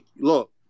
look